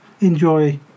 enjoy